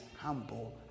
humble